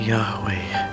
Yahweh